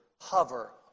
hover